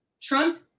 Trump